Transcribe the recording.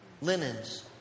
Linens